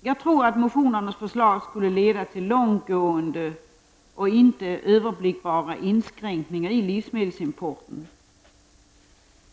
Jag tror att förslagen i motionerna skulle leda till långtgående och inte överblickbara inskränkningar i livsmedelsimporten